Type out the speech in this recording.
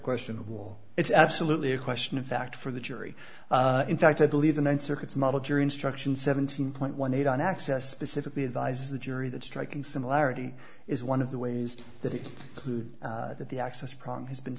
question while it's absolutely a question of fact for the jury in fact i believe the ninth circuit's model jury instruction seventeen point one eight on access specifically advise the jury that striking similarity is one of the ways that he knew that the access problem has been